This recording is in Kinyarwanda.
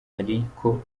ariko